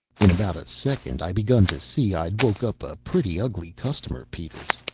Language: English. in about a second i begun to see i'd woke up a pretty ugly customer, peters.